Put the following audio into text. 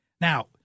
Now